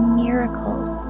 miracles